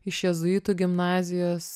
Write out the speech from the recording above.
iš jėzuitų gimnazijos